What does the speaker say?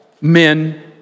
men